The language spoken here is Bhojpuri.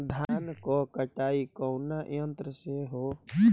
धान क कटाई कउना यंत्र से हो?